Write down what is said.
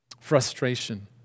frustration